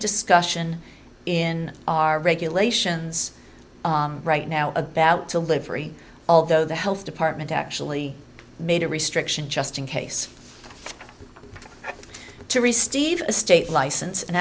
discussion in our regulations right now about the livery although the health department actually made a restriction just in case to resteal leave a state license an